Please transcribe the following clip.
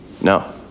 No